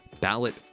Ballot